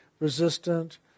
resistant